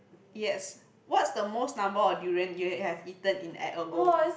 yes what is the most number of durian you have had eaten in at a go